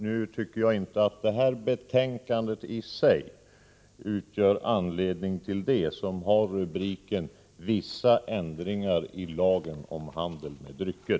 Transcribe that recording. Nu tycker jag inte att det här betänkandet i sig utgör anledning till en debatt av det slaget. Det har ju rubriken Vissa ändringar i lagen om handel med drycker.